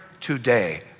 today